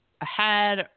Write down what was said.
ahead